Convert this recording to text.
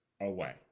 away